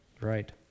right